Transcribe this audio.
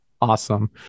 Awesome